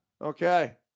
Okay